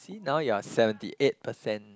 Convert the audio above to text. see now you are seventy eight percent